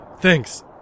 thanks